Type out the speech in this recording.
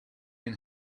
and